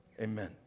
amen